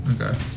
Okay